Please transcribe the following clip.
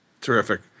Terrific